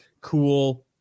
cool